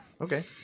Okay